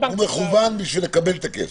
הבנק -- הוא מכוון בשביל לקבל את הכסף.